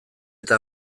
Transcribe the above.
eta